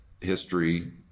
history